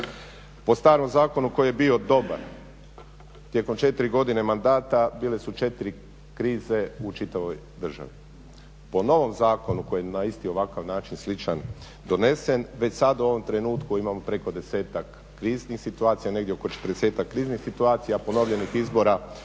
Po starom zakonu koji je bio dobar tijekom 4 godine mandata bile su 4 krize u čitavoj državi. Po novom zakonu koji je na isti ovakav način sličan donesen, već sad u ovom trenutku imamo preko 10-tak kriznih situacija, negdje oko 40-tak kriznih situacija, a ponovljenih izbora